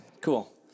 cool